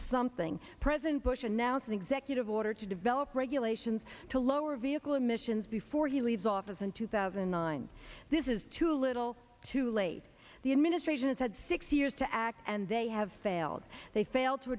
something president bush announce an executive order to develop regulations to lower vehicle emissions before he leaves office in two thousand and nine this is too little too late the administration has had six years to act and they have failed they failed to